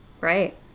right